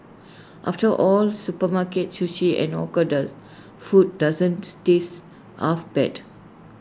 after all supermarket sushi and hawker the food doesn't taste half bad